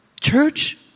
church